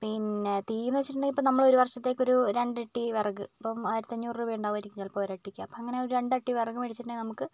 പിന്നെ തീ എന്ന് വെച്ചിട്ടുണ്ടെങ്കില് നമ്മള് ഒരു വര്ഷത്തേക്ക് ഒരു രണ്ടു അട്ടി വിറക് ഇപ്പം ആയിരത്തി അഞ്ഞുറ് രൂപ ഉണ്ടാവും ചിലപ്പോള് ഒരു അട്ടിക്ക് അങ്ങനെ രണ്ട് അട്ടി വിറക് മേടിച്ചിട്ടുണ്ടെങ്കില് നമുക്ക്